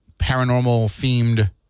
paranormal-themed